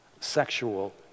sexual